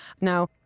now